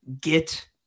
get